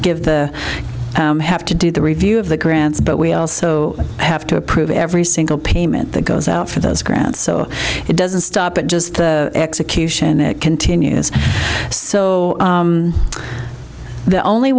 give the have to do the review of the grants but we also have to approve every single payment that goes out for those grants so it doesn't stop at just the execution it continues so the only